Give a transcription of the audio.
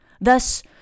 Thus